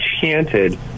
chanted